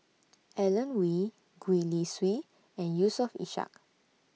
Alan Oei Gwee Li Sui and Yusof Ishak